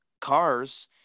cars